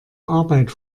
arbeit